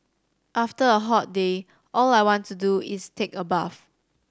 after a hot day all I want to do is take a bath